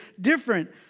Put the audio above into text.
different